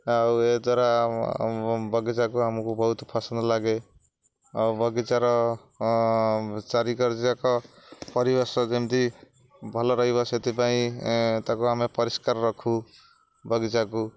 ଆଉ ଏହାଦ୍ଵାରା ବଗିଚାକୁ ଆମକୁ ବହୁତ ପସନ୍ଦ ଲାଗେ ଆଉ ବଗିଚାର ପରିବେଶ ଯେମିତି ଭଲ ରହିବ ସେଥିପାଇଁ ତାକୁ ଆମେ ପରିଷ୍କାର ରଖୁ ବଗିଚାକୁ